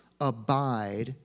abide